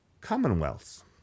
commonwealths